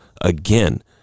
again